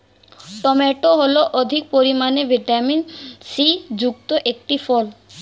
tomato হল অধিক পরিমাণে ভিটামিন সি যুক্ত একটি ফল